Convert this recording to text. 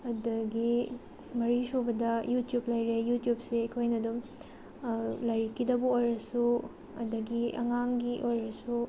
ꯑꯗꯒꯤ ꯃꯔꯤꯁꯨꯕꯗ ꯌꯨꯇ꯭ꯌꯨꯕ ꯂꯩꯔꯦ ꯌꯨꯇ꯭ꯌꯨꯕꯁꯦ ꯑꯩꯈꯣꯏꯅ ꯑꯗꯨꯝ ꯂꯥꯏꯔꯤꯛꯀꯤꯗꯕꯨ ꯑꯣꯏꯔꯁꯨ ꯑꯗꯒꯤ ꯑꯉꯥꯡꯒꯤ ꯑꯣꯏꯔꯁꯨ